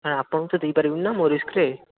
ନା ଆପଣଙ୍କୁ ତ ଦେଇପାରିବିନି ନା ମୋ ରିସ୍କରେ